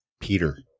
Peter